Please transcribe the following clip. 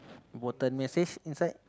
was the message inside